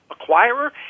acquirer